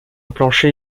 plancher